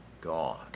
God